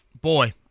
boy